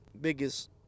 biggest